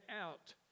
out